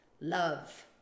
love